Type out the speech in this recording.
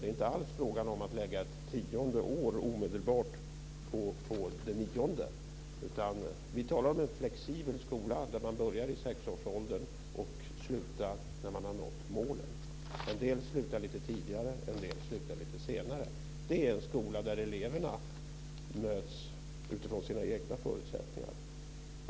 Det är inte alls fråga om att lägga ett tionde år omedelbart på det nionde. Vi talar om en flexibel skola där man börjar i sexårsåldern och slutar när man har nått målen. En del slutar lite tidigare, en del slutar lite senare. Det är en skola där eleverna möts utifrån sina egna förutsättningar.